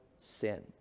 sin